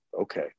Okay